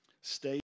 stay